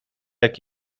jak